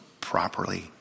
properly